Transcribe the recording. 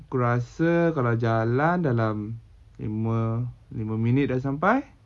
aku rasa kalau jalan dalam lima lima minit dah sampai